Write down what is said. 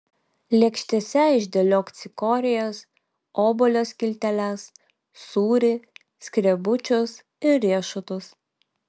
lėkštėse išdėliok cikorijas obuolio skilteles sūrį skrebučius ir riešutus